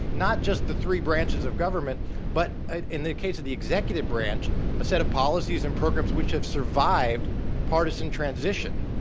not just the three branches of government but in the case of the executive branch a set of policies and programs which have survived partisan transition.